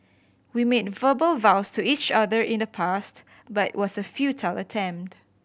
we made verbal vows to each other in the past but it was a futile attempt